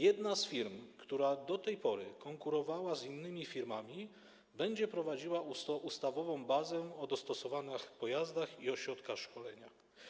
Jedna z firm, która do tej pory konkurowała z innymi firmami, będzie prowadziła ustawową bazę o dostosowanych pojazdach i ośrodkach szkoleniowych.